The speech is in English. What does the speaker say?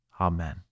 Amen